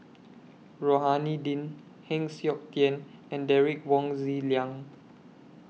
Rohani Din Heng Siok Tian and Derek Wong Zi Liang